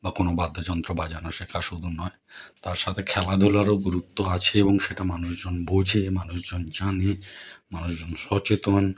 বা কোনো বাদ্যযন্ত্র বাজানো শেখা শুধু নয় তার সাথে খেলাধুলারও গুরুত্ব আছে এবং সেটা মানুষজন বোঝে মানুষজন জানে মানুষজন সচেতন